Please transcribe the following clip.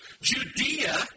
Judea